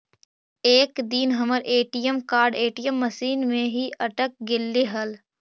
एक दिन हमर ए.टी.एम कार्ड ए.टी.एम मशीन में ही अटक गेले हल